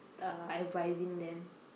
uh advising them